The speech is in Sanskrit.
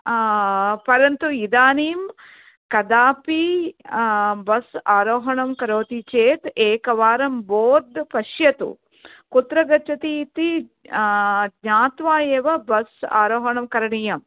परन्तु इदानीं कदापि बस् आरोहणं करोति चेत् एकवारं बोर्ड् पश्यतु कुत्र गच्छति इति ज्ञात्वा एव बस् आरोहणं करणीयं